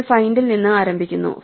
നമ്മൾ ഫൈൻഡിൽ നിന്ന് ആരംഭിക്കുന്നു